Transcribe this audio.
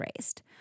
raised